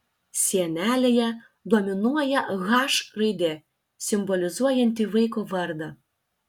sienelėje dominuoja h raidė simbolizuojanti vaiko vardą